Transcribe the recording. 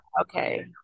okay